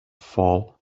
fall